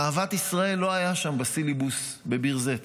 אהבת ישראל לא הייתה שם בסילבוס בביר זית.